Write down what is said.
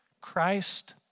Christ